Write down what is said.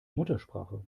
muttersprache